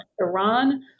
Iran